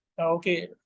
Okay